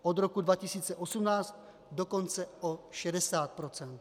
Od roku 2018 dokonce o 60 procent.